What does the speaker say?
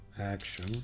action